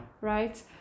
Right